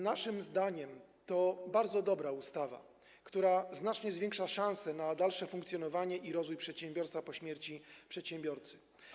Naszym zdaniem to bardzo dobra ustawa, która znacznie zwiększa szanse na dalsze funkcjonowanie i rozwój przedsiębiorstwa po śmierci przedsiębiorcy.